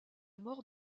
mort